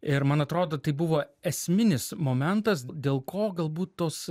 ir man atrodo tai buvo esminis momentas dėl ko galbūt tos